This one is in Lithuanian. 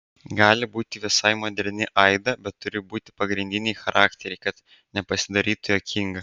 gali būti visai moderni aida bet turi būti pagrindiniai charakteriai kad nepasidarytų juokinga